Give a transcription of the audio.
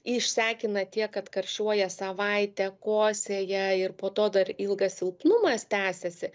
išsekina tiek kad karščiuoja savaitę kosėja ir po to dar ilgas silpnumas tęsiasi